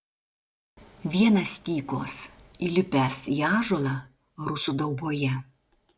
vienas tykos įlipęs į ąžuolą rusų dauboje